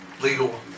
legal